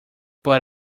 but